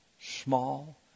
small